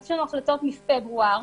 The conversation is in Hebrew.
יש לנו החלטות מפברואר,